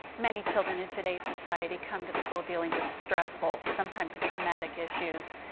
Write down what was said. many children in today's society come to school dealing with stressful, sometimes traumatic issues,